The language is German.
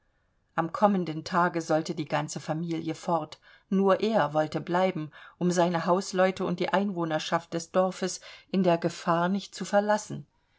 am kommenden tage sollte die ganze familie fort nur er wollte bleiben um seine hausleute und die einwohnerschaft des dorfes in der gefahr nicht zu verlassen